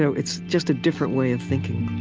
so it's just a different way of thinking